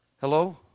Hello